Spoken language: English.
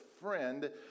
friend